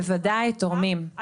בוודאי, תורמים, תורמים.